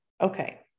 Okay